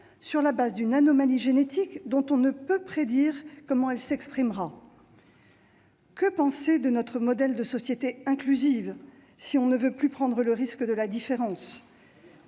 sur la base d'une anomalie génétique dont on ne peut prédire comment elle s'exprimera. Que penser de notre modèle de société inclusive si l'on ne veut plus prendre le risque de la différence ?